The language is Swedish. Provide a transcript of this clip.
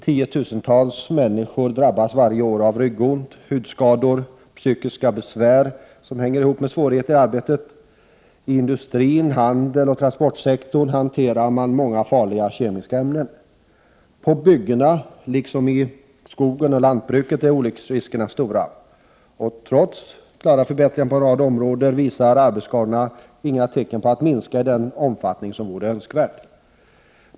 Tiotusentals människor drabbas varje år av ryggont, hudskador och psykiska besvär som hänger ihop med svårigheter i arbetet. Inom industrin, handeln och transportsektorn hanterar man många farliga kemiska ämnen. På byggena, liksom i skogen och lantbruket, är olycksriskerna stora. Trots klara förbättringar på en rad områden finns det inga tecken på att arbetsskadorna skulle minska i önskvärd omfattning.